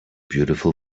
beautiful